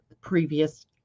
previous